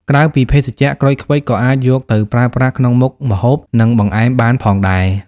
ក្រៅពីភេសជ្ជៈ ក្រូចឃ្វិចក៏អាចយកទៅប្រើប្រាស់ក្នុងមុខម្ហូប និងបង្អែមបានផងដែរ។